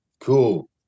Cool